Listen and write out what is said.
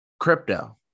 crypto